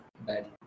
bad